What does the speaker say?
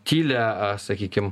tylią sakykim